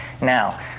now